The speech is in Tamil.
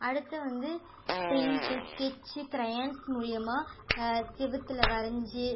அடுத்து வந்து பெயிண்ட்டு ஸ்கெட்ச்சி க்ரையான்ஸ் மூலிமா சுவுத்துல வரஞ்சு